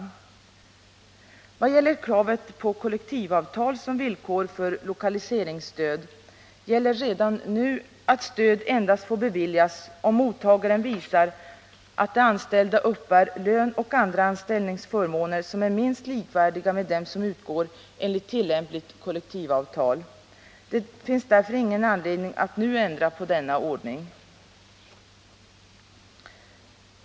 När det gäller kravet på kollektivavtal som villkor för lokaliseringsstöd gäller redan nu att stöd endast får beviljas om mottagaren visar att de anställda uppbär lön och andra anställningsförmåner som är minst likvärdiga med dem som utgår enligt tillämpligt kollektivavtal. Det finns därför ingen anledning att nu ändra på denna ordning.